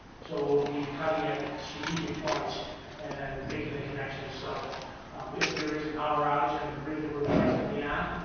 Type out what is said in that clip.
so it will be cutting at strategic points and then making the connections. so if there is a power outage on the grid that we're presently on,